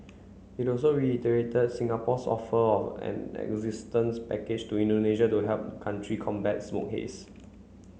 it also reiterated Singapore's offer of an assistance package to Indonesia to help country combat smoke haze